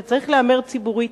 זה צריך להיאמר ציבורית,